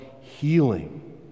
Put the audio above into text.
healing